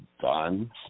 done